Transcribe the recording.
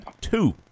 Two